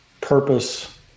purpose